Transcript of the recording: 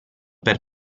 per